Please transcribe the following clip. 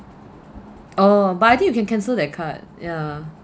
oo but I think you can cancel that card ya